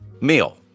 meal